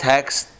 Text